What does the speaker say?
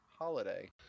Holiday